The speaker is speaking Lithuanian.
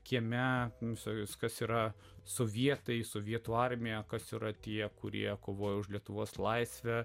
kieme visokius kas yra sovietai sovietų armija kas yra tie kurie kovojo už lietuvos laisvę